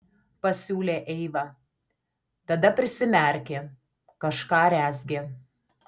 pasiūlė eiva tada prisimerkė kažką rezgė